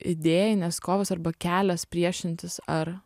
idėjinės kovos arba kelias priešintis ar